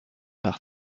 par